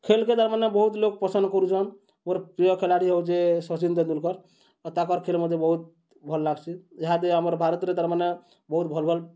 ଖେଲ୍କେ ତାର୍ମାନେ ବହୁତ୍ ଲୋକ୍ ପସନ୍ଦ୍ କରୁଚନ୍ ମୋର୍ ପ୍ରିୟ ଖେଳାଡ଼ି ହଉଚେ ସଚିନ୍ ତେନ୍ଦୁଲକର୍ ତାକର୍ ଖେଲ୍ ମତେ ବହୁତ୍ ଭଲ୍ ଲାଗ୍ସି ଇହାଦେ ଆମର୍ ଭାରତ୍ରେ ତାର୍ମାନେ ବହୁତ୍ ଭଲ୍ ଭଲ୍